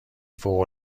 فوق